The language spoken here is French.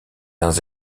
uns